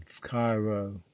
cairo